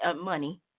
money